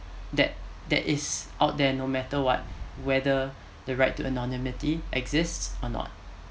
that that is out there no matter what whether the right to anonymity exist or not